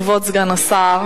כבוד סגן השר,